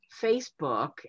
Facebook